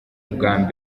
ubwa